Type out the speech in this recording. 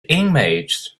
images